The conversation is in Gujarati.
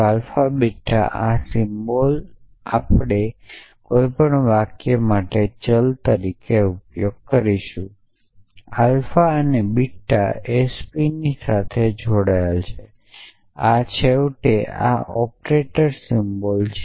આલ્ફા બીટા આ સિમ્બલ્સ આપણે કોઈ પણ વાક્ય માટે ચલ તરીકે ઉપયોગ કરીશું આલ્ફા અને બીટા એસપી ની સાથે જોડાયેલા છે આ છેવટે આ ઓપરેટર સિમ્બલ્સ છે